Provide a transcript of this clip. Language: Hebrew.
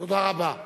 תודה רבה.